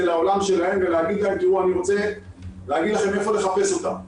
לעולם שלהם ולהגיד להם: אני רוצה להגיד לכם איפה לחפש אותם,